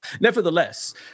nevertheless